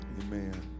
amen